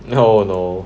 no no